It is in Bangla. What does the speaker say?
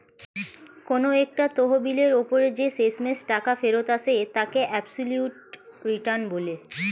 কোন একটা তহবিলের ওপর যে শেষমেষ টাকা ফেরত আসে তাকে অ্যাবসলিউট রিটার্ন বলে